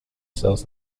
sells